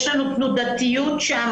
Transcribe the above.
יש לנו תנודתיות שם.